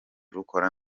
rukora